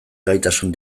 gaitasun